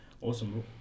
awesome